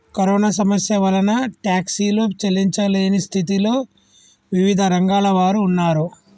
corona సమస్య వలన టాక్సీలు చెల్లించలేని స్థితిలో వివిధ రంగాల వారు ఉన్నారు